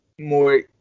more